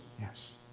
Yes